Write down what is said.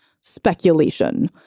speculation